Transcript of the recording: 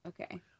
Okay